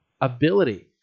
ability